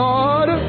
Lord